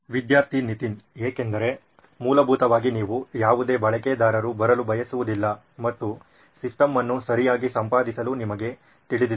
ವಿದ್ಯಾರ್ಥಿ ನಿತಿನ್ ಏಕೆಂದರೆ ಮೂಲಭೂತವಾಗಿ ನೀವು ಯಾವುದೇ ಬಳಕೆದಾರರು ಬರಲು ಬಯಸುವುದಿಲ್ಲ ಮತ್ತು ಸಿಸ್ಟಮ್ ಅನ್ನು ಸರಿಯಾಗಿ ಸಂಪಾದಿಸಲು ನಿಮಗೆ ತಿಳಿದಿದೆ